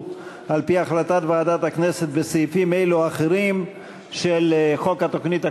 על-פי החלטת ועדת הכנסת בסעיפים אלו ואחרים של חוק התוכנית הכלכלית.